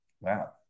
wow